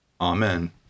Amen